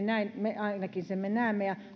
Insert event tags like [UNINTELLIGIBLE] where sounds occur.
[UNINTELLIGIBLE] näin me ainakin tulkitsemme ja